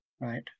right